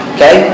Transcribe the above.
Okay